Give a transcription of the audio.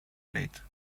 blade